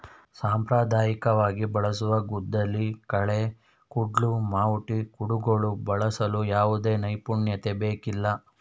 ಸಾಂಪ್ರದಾಯಿಕವಾಗಿ ಬಳಸುವ ಗುದ್ದಲಿ, ಕಳೆ ಕುಡ್ಲು, ಮಾವುಟಿ, ಕುಡುಗೋಲು ಬಳಸಲು ಯಾವುದೇ ನೈಪುಣ್ಯತೆ ಬೇಕಿಲ್ಲ